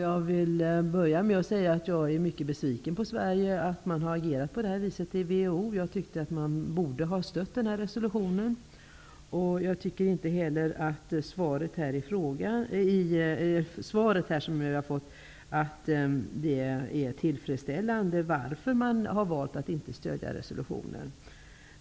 Jag vill börja med att säga att jag är mycket besviken på Sveriges agerande i WHO. Jag tycker att man borde ha stött den här resolutionen. Det svar som jag har fått på min fråga om varför man har valt att inte stödja resolutionen är inte heller tillfredsställande.